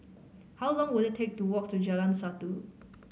how long will it take to walk to Jalan Satu